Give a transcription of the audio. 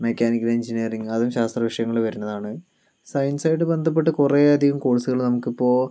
mechanical engineering അതും ശാസ്ത്ര വിഷയങ്ങളിൽ വരുന്നതാണ് സയൻസുമായിട്ട് ബന്ധപ്പെട്ട് കുറേ അധികം കോഴ്സുകൾ നമുക്ക് ഇപ്പോൾ